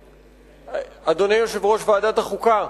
אדוני יושב-ראש ועדת החוקה,